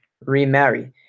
remarry